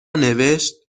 نوشتشبکه